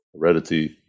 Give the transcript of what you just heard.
heredity